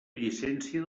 llicència